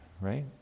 right